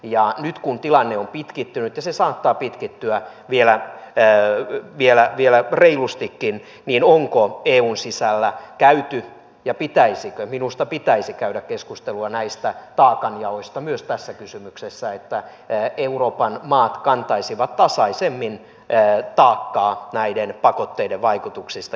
ja nyt kun tilanne on pitkittynyt ja se saattaa pitkittyä vielä reilustikin niin onko eun sisällä käyty ja pitäisikö minusta pitäisi käydä keskustelua näistä taakanjaoista myös tässä kysymyksessä jotta euroopan maat kantaisivat tasaisemmin taakkaa näiden pakotteiden vaikutuksista